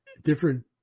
different